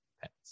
pets